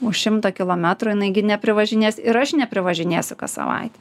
už šimto kilometrų jinai gi neprivažinės ir aš neprivažinėsiu kas savaitę